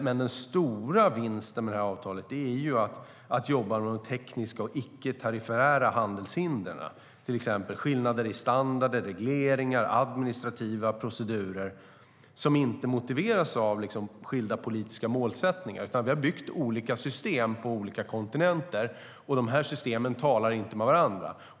Men den stora vinsten med avtalet är att jobba med de tekniska och icke-tariffära handelshindren, till exempel skillnader i standarder, regleringar och administrativa procedurer som inte motiveras av skilda politiska målsättningar. Vi har byggt olika system på olika kontinenter, och de systemen talar inte med varandra.